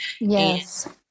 Yes